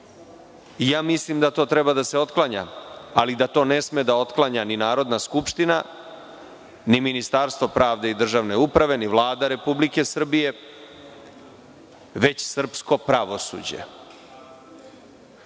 Ja mislim da to treba da se otklanja, ali da to ne sme da otklanja ni Narodna skupština, ni Ministarstvo pravde i državne uprave, ni Vlada Republike Srbije, već srpsko pravosuđe.